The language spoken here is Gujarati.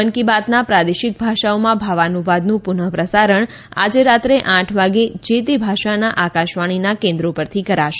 મન કી બાતના પ્રાદેશિક ભાષાઓમાં ભાવાનુવાદનું પુનઃ પ્રસારણ આજે રાત્રે આઠ વાગે જે તે ભાષાના આકાશવાણીના કેન્દ્રો પરથી કરાશે